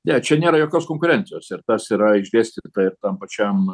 ne čia nėra jokios konkurencijos ir tas yra išdėstyta ir tam pačiam